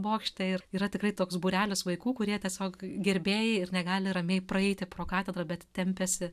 bokšte ir yra tikrai toks būrelis vaikų kurie tiesiog gerbėjai ir negali ramiai praeiti pro katedrą bet tempiasi